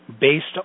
Based